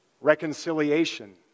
reconciliation